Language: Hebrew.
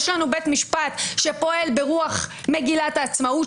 יש לנו בית משפט שפועל ברוח מגילת העצמאות,